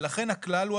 לכן הכלל הוא,